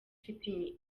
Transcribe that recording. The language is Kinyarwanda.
ufite